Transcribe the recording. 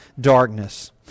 darkness